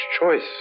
choice